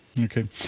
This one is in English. Okay